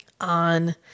on